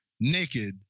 naked